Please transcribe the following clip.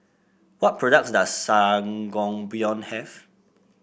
what products does Sangobion have